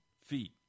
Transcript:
feet